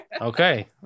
Okay